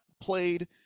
played